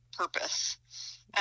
purpose